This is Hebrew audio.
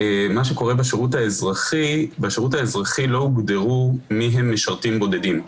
בשירות האזרחי לא הוגדרו מי הם משרתים בודדים.